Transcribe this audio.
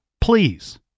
please